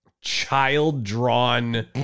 child-drawn